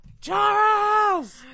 Charles